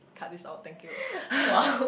cut this out thank you